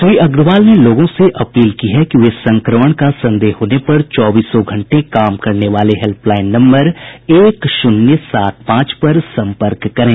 श्री अग्रवाल ने लोगों से अपील की है कि वे संक्रमण का संदेह होने पर चौबीसों घंटे काम करने वाले हेल्प लाइन नम्बर एक शून्य सात पांच पर संपर्क करें